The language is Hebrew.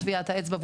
או טביעת האצבע,